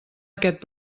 aquest